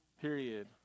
period